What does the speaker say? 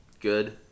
good